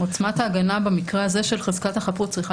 עוצמת ההגנה במקרה הזה של חזקת החפות צריכה